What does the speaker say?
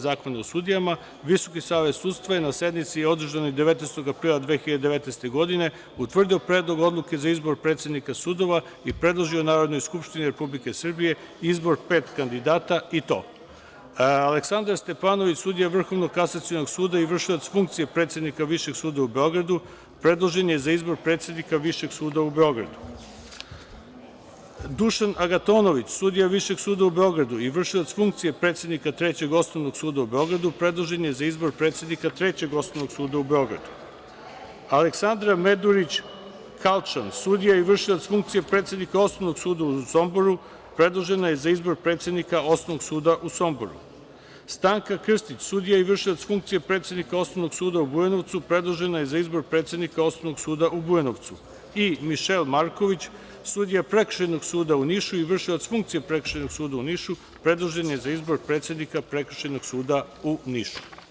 Zakona o sudijama, Visoki savet sudstva je na sednici održanoj 19. aprila 2019. godine utvrdio Predlog odluke za izbor predsednika sudova i predložio Narodnoj skupštini Republike Srbije izbor pet kandidata, i to: Aleksandra Stepanović, sudija Vrhovnog kasacionog suda i vršilac funkcije predsednika Višeg suda u Beogradu predložen je za izbor predsednika Višeg suda u Beogradu; Dušan Agatonović, sudija Višeg suda u Beogradu i vršilac funkcije predsednika Trećeg osnovnog suda u Beogradu predložen je za izbor predsednika Trećeg osnovnog suda u Beogradu; Aleksandra Medurić Kalčan, sudija i vršilac funkcije predsednika Osnovnog suda u Somboru predložena je za izbor predsednika Osnovnog suda u Somboru; Stanka Krstić, sudija i vršilac funkcije predsednika Osnovnog suda u Bujanovcu predložena je za izbor predsednika Osnovnog suda u Bujanovcu i Mišel Marković, sudija Prekršajnog suda u Nišu i vršilac funkcije Prekršajnog suda u Nišu predložen je za izbor predsednika Prekršajnog suda u Nišu.